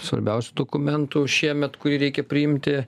svarbiausių dokumentų šiemet kurį reikia priimti